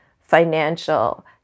financial